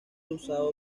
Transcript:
usado